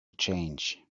change